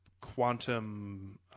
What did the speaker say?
quantum